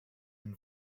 and